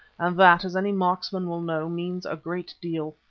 and that, as any marksman will know, means a great deal.